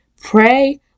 Pray